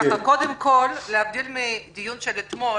קודם כול, להבדיל מהדיון שנערך אתמול,